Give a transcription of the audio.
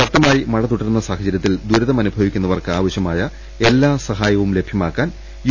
ശക്തമായി മഴ തുടരുന്ന സാഹചരൃത്തിൽ ദുരിതമനുഭവിക്കുന്ന വർക്ക് ആവശ്യമായ എല്ലാ സഹായങ്ങളും ലഭ്യമാക്കാൻ യു